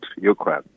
Ukraine